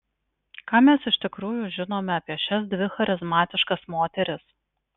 ką mes iš tikrųjų žinome apie šias dvi charizmatiškas moteris